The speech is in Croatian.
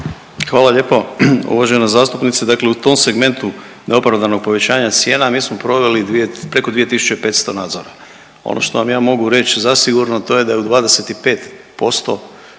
Hvala lijepo uvažena zastupnice. Dakle u tom segmentu neopravdanog povećanja cijena, mi smo proveli preko 2500 nadzora. Ono što vam ja mogu reći zasigurno, to je da je u 25%